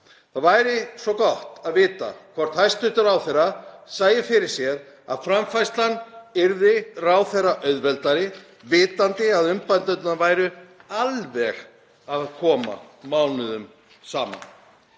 Það væri svo gott að vita hvort hæstv. ráðherra sæi fyrir sér að framfærslan yrði ráðherra auðveldari, vitandi að umbæturnar væru alveg að koma, mánuðum saman.